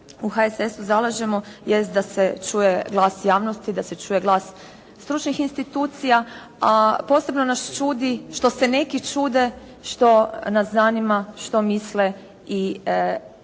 u HSS-u zalažemo jest da se čuje glas javnosti, da se čuje stručnih institucija, a posebno nas čudi što se neki čude što nas zanima što misle i